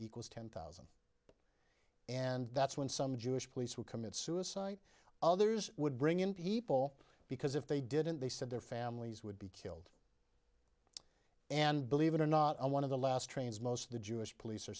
because ten thousand and that's when some jewish police would commit suicide others would bring in people because if they didn't they said their families would be killed and believe it or not one of the last trains most of the jewish police are